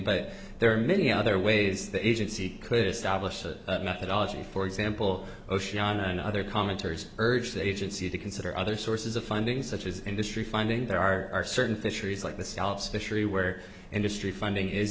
but there are many other ways the agency could establish a methodology for example oceana and other commenters urge the agency to consider other sources of funding such as industry funding there are certain fisheries like the alps fishery where industry funding is